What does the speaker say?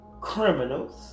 criminals